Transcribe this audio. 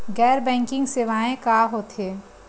गैर बैंकिंग सेवाएं का होथे?